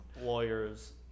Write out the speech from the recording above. lawyers